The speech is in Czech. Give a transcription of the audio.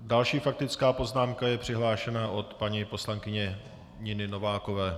Další faktická poznámka je přihlášena od paní poslankyně Niny Novákové.